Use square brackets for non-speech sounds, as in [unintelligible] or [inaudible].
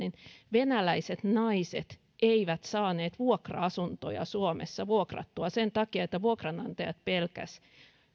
venäläiset naiset eivät saaneet vuokra asuntoja suomessa vuokrattua sen takia että vuokranantajat [unintelligible]